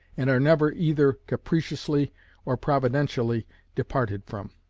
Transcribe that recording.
and are never either capriciously or providentially departed from.